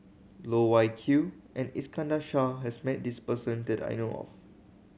Loh Wai Kiew and Iskandar Shah has met this person that I know of